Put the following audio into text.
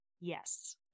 Yes